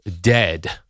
dead